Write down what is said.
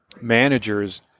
Managers